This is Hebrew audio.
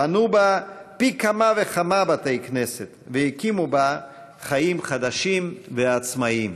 בנו בה פי כמה וכמה בתי כנסת והקימו בה חיים חדשים ועצמאיים.